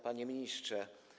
Panie Ministrze!